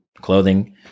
clothing